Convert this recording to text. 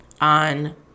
on